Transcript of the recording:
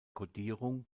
kodierung